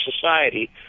society